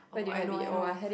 oh I know I know